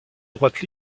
droite